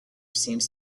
seems